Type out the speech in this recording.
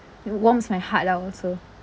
it warms my heart lah also